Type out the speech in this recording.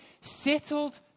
settled